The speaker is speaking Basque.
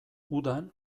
udan